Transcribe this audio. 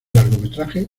largometraje